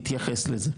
התייחס לזה,